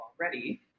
already